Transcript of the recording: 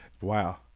wow